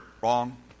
wrong